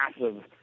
massive